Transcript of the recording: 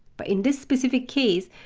but in this specific case,